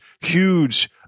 huge